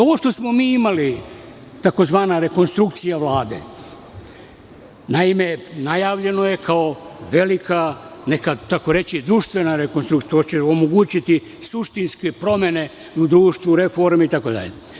Ovo što smo mi imali tzv. rekonstrukcija Vlade, naime, najavljeno je kao velika, nekad tako reći društvena rekonstrukcija što će omogućiti suštinske promene u društvu reformi itd.